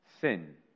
sin